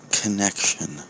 connection